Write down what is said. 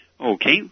Okay